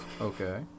okay